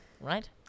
right